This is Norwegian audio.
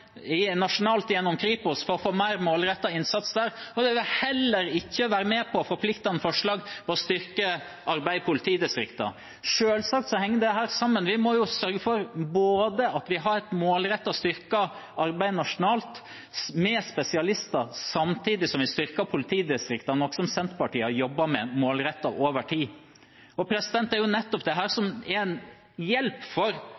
nasjonalt gjennom Kripos for å få mer målrettet innsats der, eller være med på forpliktende forslag for å styrke arbeidet i politidistriktene. Selvsagt henger dette sammen. Vi må sørge for at vi har et målrettet styrket arbeid nasjonalt med spesialister, samtidig som vi styrker politidistriktene, noe som Senterpartiet har jobbet målrettet med over tid. Det er nettopp dette som er en hjelp for det lokale politiarbeidet. Det som ikke er en hjelp for det